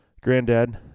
granddad